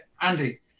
Andy